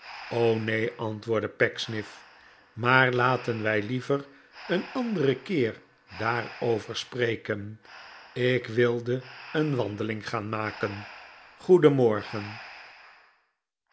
neen antwoordde pecksniff maar laten wij liever een anderen keer daarover spreken ik wilde een wandeling gaan makeh